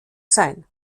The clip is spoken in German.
sein